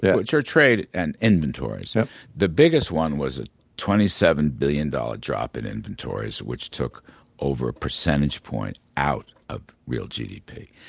yeah which are trade and inventory, so the biggest one was a twenty seven billion dollars drop in inventories, which took over a percentage point out of real gdp.